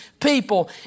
people